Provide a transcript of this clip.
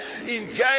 engage